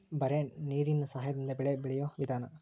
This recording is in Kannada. ಬರೇ ನೇರೇನ ಸಹಾದಿಂದ ಬೆಳೆ ಬೆಳಿಯು ವಿಧಾನಾ